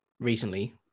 recently